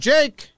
Jake